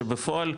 שבפועל,